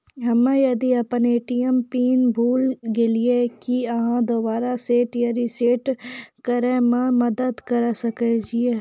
हम्मे यदि अपन ए.टी.एम पिन भूल गलियै, की आहाँ दोबारा सेट या रिसेट करैमे मदद करऽ सकलियै?